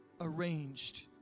arranged